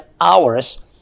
hours